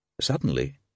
Suddenly